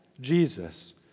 Jesus